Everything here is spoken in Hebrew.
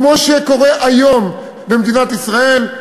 כמו שקורה היום במדינת ישראל.